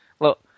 Look